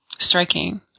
striking